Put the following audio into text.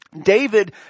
David